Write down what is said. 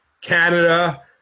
Canada